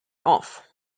off